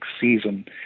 season